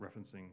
Referencing